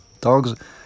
Dogs